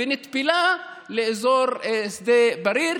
ונטפלה לאזור שדה בריר,